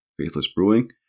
faithlessbrewing